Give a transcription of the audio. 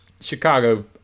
Chicago